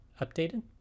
updated